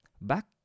back